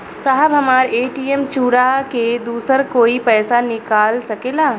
साहब हमार ए.टी.एम चूरा के दूसर कोई पैसा निकाल सकेला?